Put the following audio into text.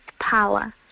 power